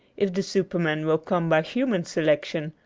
if the superman will come by human selection,